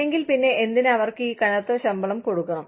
ഇല്ലെങ്കിൽ പിന്നെ എന്തിന് അവർക്ക് ഈ കനത്ത ശമ്പളം കൊടുക്കണം